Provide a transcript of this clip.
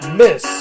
miss